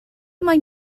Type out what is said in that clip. moyn